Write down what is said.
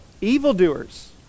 evildoers